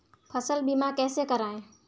फसल बीमा कैसे कराएँ?